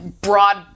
broad